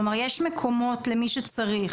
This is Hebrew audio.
כלומר, יש מקומות למי שצריך.